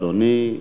בבקשה, אדוני.